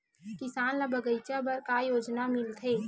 किसान ल बगीचा बर का योजना मिलथे?